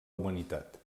humanitat